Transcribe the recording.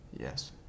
Yes